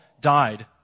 died